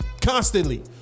constantly